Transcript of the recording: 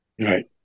Right